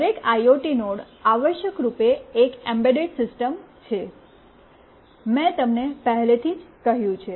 દરેક IoT node આવશ્યકરૂપે એક એમ્બેડ સિસ્ટમ છે મેં તમને પહેલેથી જ કહ્યું છે